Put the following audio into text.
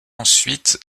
ensuite